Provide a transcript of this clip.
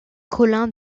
collin